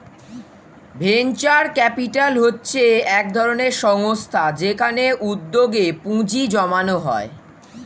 venture capital হচ্ছে একধরনের সংস্থা যেখানে উদ্যোগে পুঁজি জমানো হয়